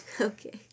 Okay